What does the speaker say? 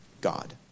God